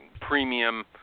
premium